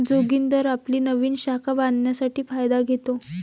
जोगिंदर आपली नवीन शाखा बांधण्यासाठी फायदा घेतो